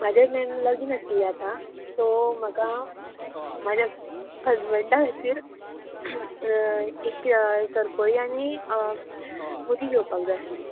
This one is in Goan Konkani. म्हाजें मॅम लगीन आशिल्लें आतां सो म्हाका म्हाज्या हजबंडा खातीर एक सरपळी आनी मुदी घेवपाक जाय आसली